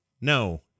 No